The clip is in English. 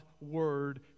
Word